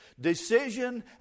Decision